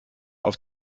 auf